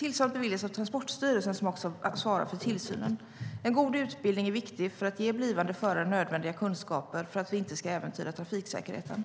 Tillståndet beviljas av Transportstyrelsen, som också svarar för tillsynen. En god utbildning är viktig för att ge blivande förare nödvändiga kunskaper för att vi inte ska äventyra trafiksäkerheten.